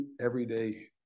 everyday